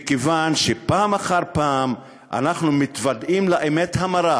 מכיוון שפעם אחר פעם אנחנו מתוודעים לאמת המרה